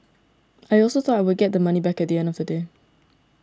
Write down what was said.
I also thought I would get the money back at the end of the day